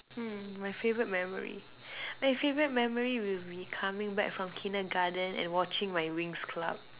hmm my favourite memory my favourite memory will be coming back from Kindergarten and watching my Winx-club